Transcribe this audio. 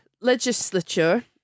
legislature